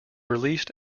released